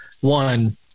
One